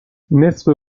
نصف